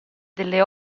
delle